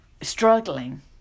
struggling